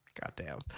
Goddamn